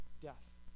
death